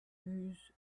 use